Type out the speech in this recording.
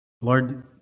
Lord